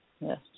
Yes